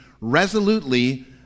resolutely